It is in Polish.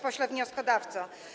Pośle Wnioskodawco!